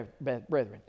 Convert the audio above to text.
brethren